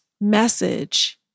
message